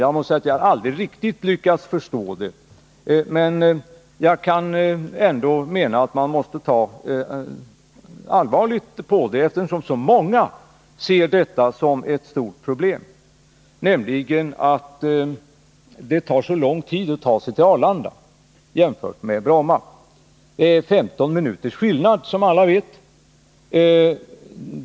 Jag måste säga att jag aldrig har lyckats förstå det, men jag menar att man ändå måste ta allvarligt på saken, eftersom så många betraktar den som ett stort problem. Det är detta att det sägs ta så mycket längre tid att ta sig till Arlanda än till Bromma. Som alla vet rör det sig om 15 minuters skillnad.